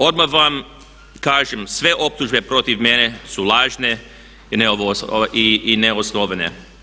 Odmah vam kažem sve optužbe protiv mene su lažne i neosnovane.